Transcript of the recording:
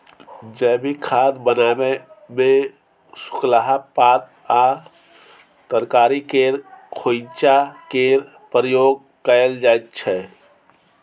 जैबिक खाद बनाबै मे सुखलाहा पात आ तरकारी केर खोंइचा केर प्रयोग कएल जाइत छै